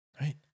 Right